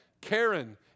Karen